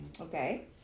Okay